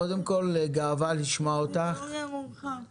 קודם כול, גאווה לשמוע אותך.